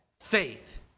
faith